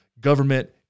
government